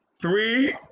three